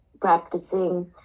practicing